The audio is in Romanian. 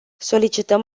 solicităm